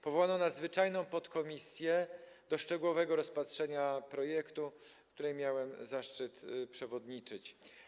Powołano nadzwyczajną podkomisję do szczegółowego rozpatrzenia projektu, której miałem zaszczyt przewodniczyć.